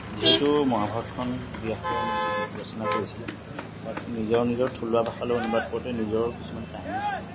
যিহেতু মহাভাৰতখন ব্য়াসে ৰচনা কৰিছিল তাক নিজৰ নিজৰ থলুৱা ভাষালৈ অনুবাদ কৰোঁতে নিজৰ কিছুমান কাহিনী থাকে